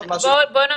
כן, בוא נמשיך.